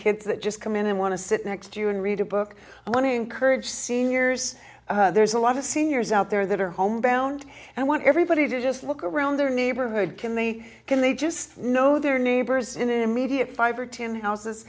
kids that just come in and want to sit next to you and read a book i want to encourage seniors there's a lot of seniors out there that are homebound and i want everybody to just look around their neighborhood can they can they just know their neighbors in an immediate five or ten houses